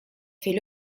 fait